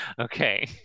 okay